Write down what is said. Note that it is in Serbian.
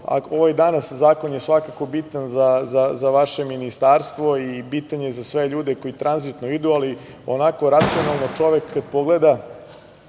danas zakon je svakako bitan za vaše Ministarstvo i bitan je za sve ljude koji tranzitno idu, ali onako racionalno čovek kada pogleda,